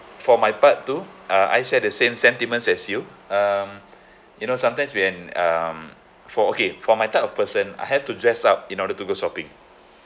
for my part too uh I share the same sentiments as you um you know sometimes when um for okay for my type of person I have to dress up in order to go shopping